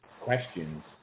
questions